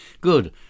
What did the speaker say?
Good